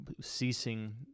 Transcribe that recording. ceasing